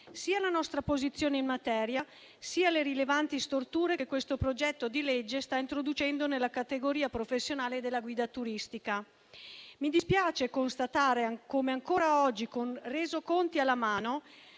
sia la nostra posizione in materia, sia le rilevanti storture che questo progetto di legge sta introducendo nella categoria professionale della guida turistica. Mi dispiace constatare come, ancora oggi, con resoconti alla mano,